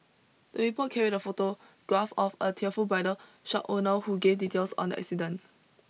the report carried a photograph of the tearful bridal shop owner who gave details on the accident